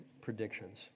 predictions